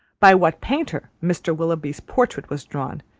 by what painter mr. willoughby's portrait was drawn,